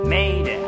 made